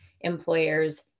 Employers